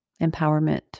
empowerment